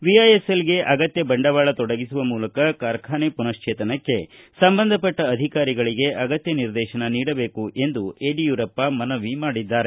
ವಿಐಎಸ್ಎಲ್ಗೆ ಅಗತ್ಯ ಬಂಡವಾಳ ತೊಡಗಿಸುವ ಮೂಲಕ ಕಾಖಾಫನೆ ಪುನಶ್ವೇತನಕ್ಕೆ ಸಂಬಂಧಪಟ್ಟ ಅಧಿಕಾರಿಗಳಿಗೆ ಅಗತ್ಯ ನಿರ್ದೇಶನ ನೀಡಬೇಕು ಎಂದು ಯಡಿಯೂರಪ್ಪ ಮನವಿ ಮಾಡಿದ್ದಾರೆ